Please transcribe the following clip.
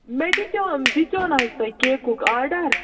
مےٚ دِژیوٚم دِژٮ۪و نا حظ تۅہہِ کیکُک آرڈر